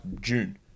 June